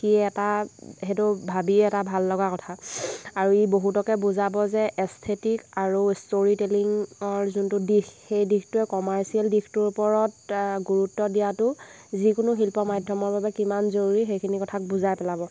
সি এটা সেইটো ভাবিয়েই এটা ভাল লগা কথা আৰু ই বহুতকে বুজাব যে এস্থেতিক আৰু ষ্টৰীটেলিঙৰ যোনটো দিশ সেই দিশটোৱে কমাৰ্চিয়েল দিশটোৰ উপৰত গুৰুত্ব দিয়াতো যিকোনো শিল্প মাধ্যমৰ বাবে কিমান জৰুৰী সেইখিনি কথাক বুজাই পেলাব